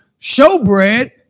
showbread